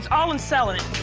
all in selling it.